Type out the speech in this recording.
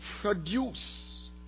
produce